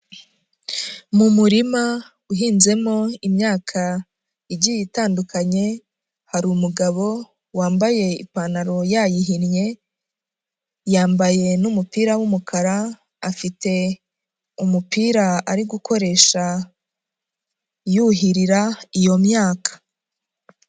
Mu murima uhinzemo imyaka igiye itandukanye, hari umugabo wambaye ipantaro yayihinnye, yambaye n'umupira w'umukara, afite umupira ari gukoresha yuhirira iyo myaka.